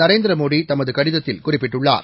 நரேந்திர மோடி தமது கடிதத்தில் குறிப்பிட்டுள்ளார்